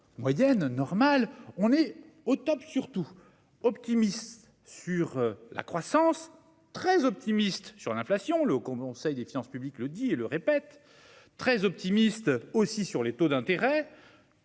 moyenne normale, on est au top surtout optimiste sur la croissance très optimiste sur l'inflation l'qu'on conseil des finances publiques le dit et le répète très optimiste aussi sur les taux d'intérêt.